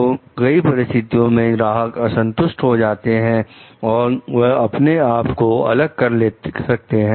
तो कई परिस्थितियों में ग्राहक असंतुष्ट हो जाते हैं और वह अपने आप को अलग कर सकते हैं